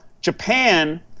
Japan